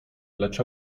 lecz